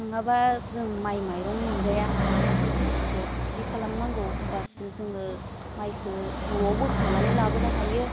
नङाबा जों माइ माइरं मोनजाया खेथिखौ बिदि खालामनांगौ होनबासो जोङो माइखौ न'आव बोखांनानै लाबोनो हायो